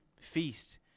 feast